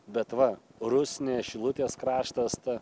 bet va rusnė šilutės kraštas ta